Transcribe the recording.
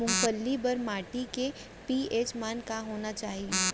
मूंगफली बर माटी के पी.एच मान का होना चाही?